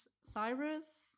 Cyrus